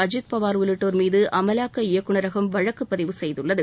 அஜீத் பவார் உள்ளிட்டோர் மீது அமலாக்க இயக்குனரகம் வழக்கு பதிவு செய்துள்ளது